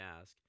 ask